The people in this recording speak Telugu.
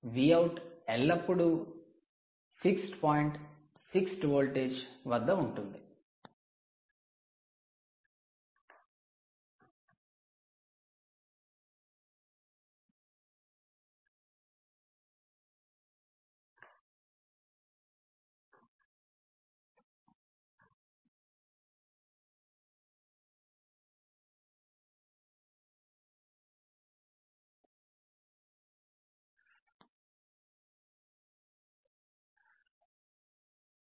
Vout ఎల్లప్పుడూ ఫిక్స్డ్ పాయింట్ ఫిక్స్డ్ వోల్టేజ్ వద్ద ఉంటుంది